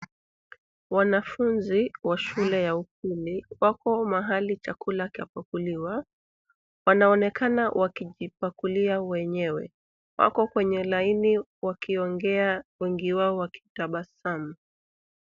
Wanafuzi wa shule ya upili wako mahali chakula chapakuliwa, wanaonekana wakijipakulia wenyewe. Wako kwenye laini wakiongea wengi wao wakitabasamu.